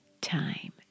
time